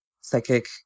psychic